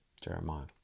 Jeremiah